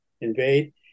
invade